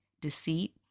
deceit